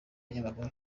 nyamagabe